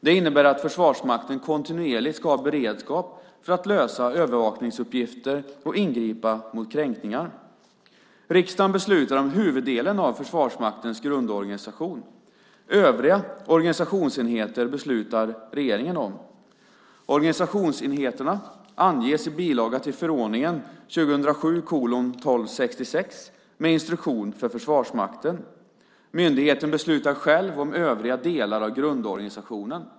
Det innebär att Försvarsmakten kontinuerligt ska ha beredskap för att lösa övervakningsuppgifter och ingripa mot kränkningar. Riksdagen beslutar om huvuddelen av Försvarsmaktens grundorganisation. Övriga organisationsenheter beslutar regeringen om. Organisationsenheterna anges i bilaga till förordningen med instruktion för Försvarsmakten. Myndigheten beslutar själv om övriga delar av grundorganisationen.